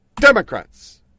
Democrats